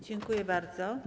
Dziękuję bardzo.